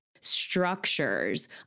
structures